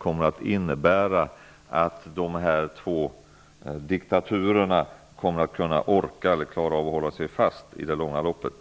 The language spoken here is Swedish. kommer att innebära att dessa två diktaturer inte orkar hålla sig fast i det långa loppet.